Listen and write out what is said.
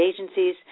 agencies